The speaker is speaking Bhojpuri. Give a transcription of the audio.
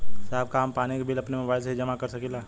साहब का हम पानी के बिल अपने मोबाइल से ही जमा कर सकेला?